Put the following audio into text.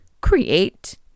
create